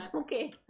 okay